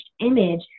image